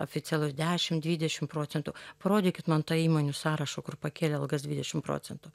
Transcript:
oficialus dešim dvidešim procentų parodykit man tą įmonių sąrašą kur pakėlė algas dvidešim procentų